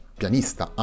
pianista